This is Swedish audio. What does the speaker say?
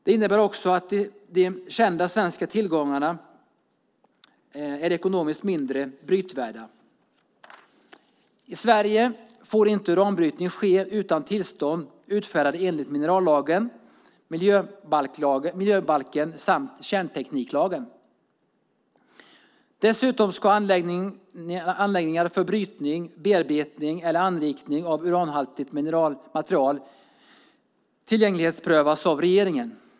Det innebär att de kända svenska tillgångarna är ekonomiskt mindre brytvärda. I Sverige får inte uranbrytning ske utan tillstånd utfärdat enligt minerallagen, miljöbalken samt kärntekniklagen. Dessutom ska anläggningar för brytning, bearbetning eller anrikning av uranhaltigt material tillgänglighetsprövas av regeringen.